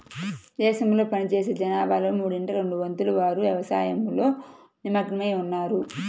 దేశంలో పనిచేసే జనాభాలో మూడింట రెండొంతుల వారు వ్యవసాయంలో నిమగ్నమై ఉన్నారు